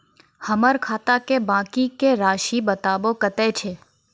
हमर खाता के बाँकी के रासि बताबो कतेय छै?